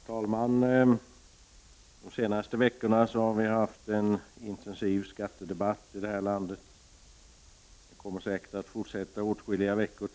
Herr talman! De senaste veckorna har en intensiv skattedebatt förts i landet. Den kommer säkert att fortsätta åtskilliga veckor.